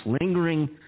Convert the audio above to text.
lingering